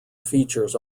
features